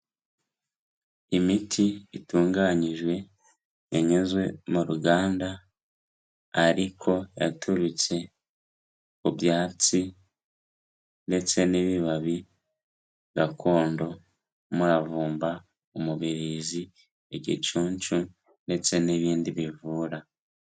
Imiti itunganyijwe inyuze mu ruganda ariko yaturutse ku byatsi ndetse n'ibibabi gakondo; muravumba, umubirizi, igicunshu ndetse n'ibindi bivura.